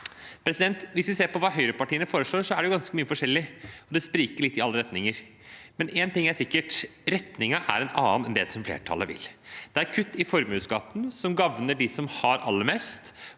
Hvis vi ser på hva høyrepartiene foreslår, er det ganske mye forskjellig. Det spriker litt i alle retninger. Men én ting er sikkert: Retningen er en annen enn det som flertallet vil. Det er kutt i formuesskatten, som gagner dem som har aller mest,